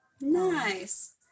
nice